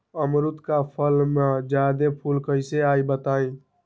अमरुद क फल म जादा फूल कईसे आई बताई?